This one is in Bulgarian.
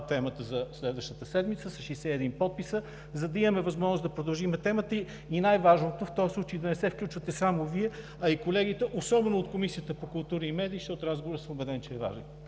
темата за следващата седмица с 61 подписа, за да имаме възможност да продължим темата. Най-важното в този случай е да не се включвате само Вие, а и колегите, особено от Комисията по културата и медиите, защото съм убеден, че